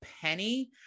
penny